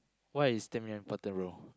why is stamina important bro